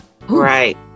Right